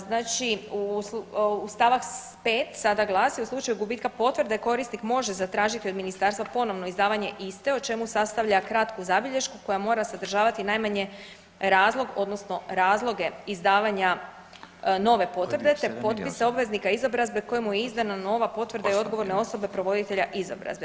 Znači u st. 5. sada glasi u slučaju gubitka potvrde korisnik može zatražiti od ministarstva ponovno izdavanje iste o čemu sastavlja kratku zabilješku koja mora sadržavati najmanje razlog odnosno razloge izdavanja nove potvrde te popisa obveznika izobrazbe kojemu je izdana nova potvrda i odgovorna osoba provoditelja izobrazbe.